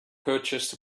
purchased